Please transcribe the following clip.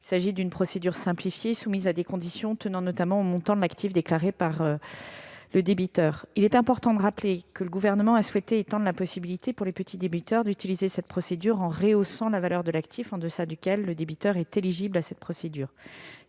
Il s'agit d'une procédure simplifiée, soumise à des conditions tenant notamment au montant de l'actif déclaré par le débiteur. Il est important de rappeler que le Gouvernement a souhaité étendre la possibilité pour les petits débiteurs d'utiliser cette procédure en rehaussant la valeur de l'actif en deçà duquel le débiteur est éligible à cette procédure.